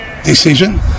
decision